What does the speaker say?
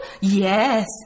Yes